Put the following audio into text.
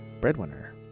Breadwinner